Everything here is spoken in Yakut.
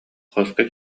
хоско